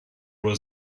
was